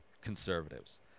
conservatives